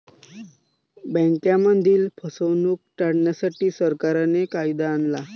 बँकांमधील फसवणूक टाळण्यासाठी, सरकारने कायदा आणला